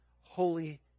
Holy